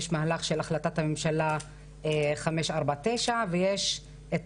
יש מהלך של החלטת הממשלה 549 ויש את